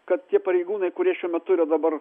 kad tie pareigūnai kurie šiuo metu yra dabar